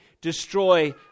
destroy